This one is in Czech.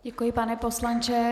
Děkuji, pane poslanče.